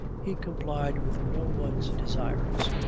he complied with no one's desires,